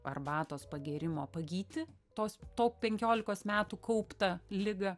arbatos pagėrimo pagyti tos to penkiolikos metų kauptą ligą